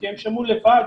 כי הם שמעו לבד